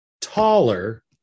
taller